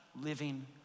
living